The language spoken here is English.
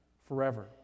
forever